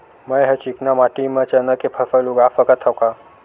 मै ह चिकना माटी म चना के फसल उगा सकथव का?